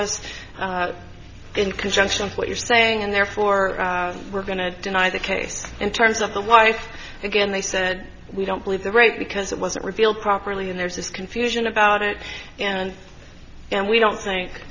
to us in conjunction with what you're saying and therefore we're going to deny the case in terms of the wife again they said we don't believe the right because it wasn't revealed properly and there's this confusion about it and and we don't think